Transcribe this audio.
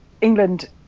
England